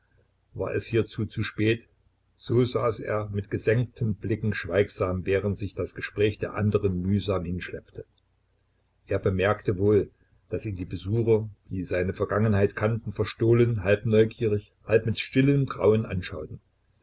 war es hierzu zu spät so saß er mit gesenkten blicken schweigsam während sich das gespräch der anderen mühsam hinschleppte er bemerkte wohl daß ihn die besucher die seine vergangenheit kannten verstohlen halb neugierig halb mit stillem grauen anschauten